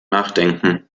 nachdenken